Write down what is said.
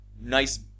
nice